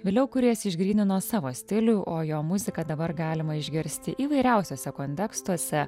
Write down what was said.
vėliau kūrėjas išgrynino savo stilių o jo muziką dabar galima išgirsti įvairiausiuose kontekstuose